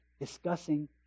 discussing